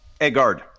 EGARD